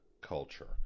culture